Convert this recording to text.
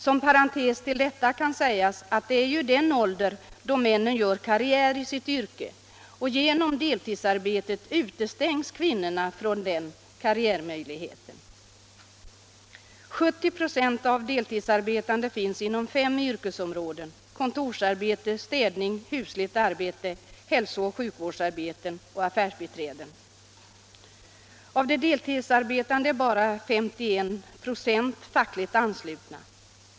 Som parentes till detta vill jag säga att det är den ålder då männen gör karriär i sitt yrke; genom deltidsarbetet utestängs kvinnorna från den karriärmöjligheten. 70 96 av deltidsarbetande finns inom fem yrkesområden: kontorsarbete, städning, husligt arbete, hälsooch sjukvårdsarbete samt arbete som affärsbiträde. Av de deltidsarbetande är bara 51 96 fackligt anslutna.